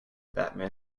batman